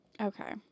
Okay